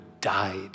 died